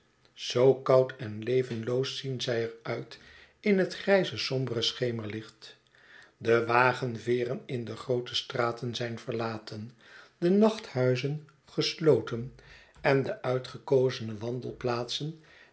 zoo koud en levenloos zien zij er uit in het grijze sombere schemerlicht de wagenveren in de groote straten zijn verlaten de nachthuizen gesloten en de uitgekozene